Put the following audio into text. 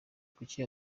kuki